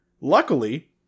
Luckily